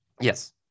Yes